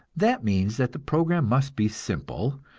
that means that the program must be simple,